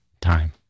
time